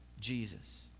Jesus